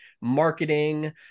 marketing